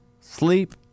Sleep